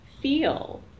feel